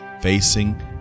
facing